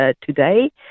today